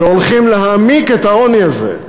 והולכים להעמיק את העוני הזה,